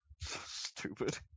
Stupid